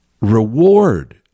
reward